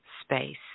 space